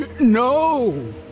No